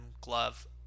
Glove